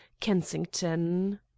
kensington